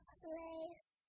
place